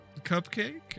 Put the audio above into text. Cupcake